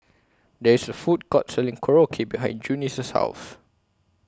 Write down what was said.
There IS A Food Court Selling Korokke behind Junie's House